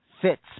fits